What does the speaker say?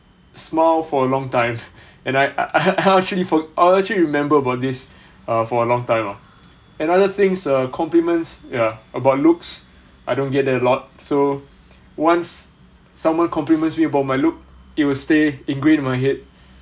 smile for a long time and I I actually for~ I actually remember about this uh for a long time and another thing's uh compliments uh about looks I don't get that a lot so once someone compliments me about my look it will stay ingrained in my head